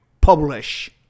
publish